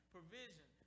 Provision